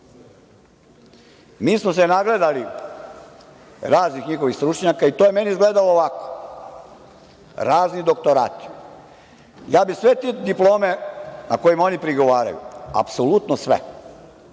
smo se nagledali raznih njihovih stručnjaka i to je meni izgledalo ovako, razni doktorati, ja bih sve te diplome na kojima oni prigovaraju, apsolutno sve,